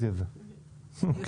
בסדר.